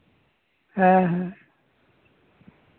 ᱦᱮᱸ ᱦᱮᱸ